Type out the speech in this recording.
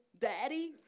Daddy